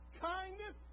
kindness